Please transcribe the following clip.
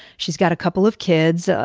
she's got a couple of kids,